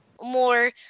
more